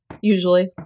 Usually